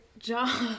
job